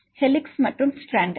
மாணவர் ஹெலிக்ஸ் மற்றும் ஸ்ட்ராண்ட்